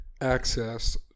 access